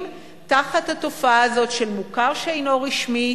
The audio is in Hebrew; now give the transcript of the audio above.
תחת התופעה הזאת של מוכר שאינו רשמי,